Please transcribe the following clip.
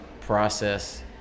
process